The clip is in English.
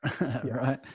right